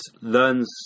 learns